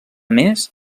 més